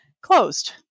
closed